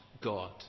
god